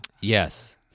Yes